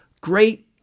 great